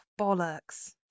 Bollocks